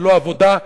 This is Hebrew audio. ללא עבודה,